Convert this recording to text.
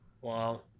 Wow